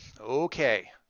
okay